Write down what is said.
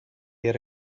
yet